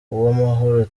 uwamahoro